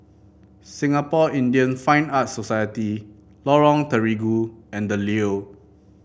Singapore Indian Fine Arts Society Lorong Terigu and The Leo